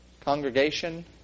congregation